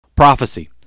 Prophecy